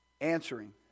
answering